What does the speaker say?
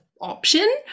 option